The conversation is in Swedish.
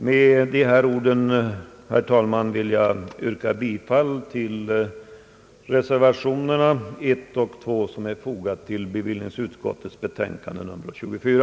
Med de här orden, herr talman, vill jag yrka bifall till reservationerna 1 och 2 som är fogade till bevillningsutskottets betänkande nr 24.